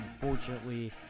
unfortunately